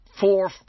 four